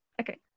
okay